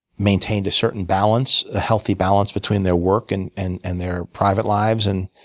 maintained a certain balance, a healthy balance between their work and and and their private lives. and